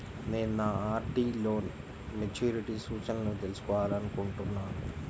నేను నా ఆర్.డీ లో మెచ్యూరిటీ సూచనలను తెలుసుకోవాలనుకుంటున్నాను